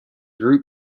group